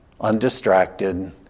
undistracted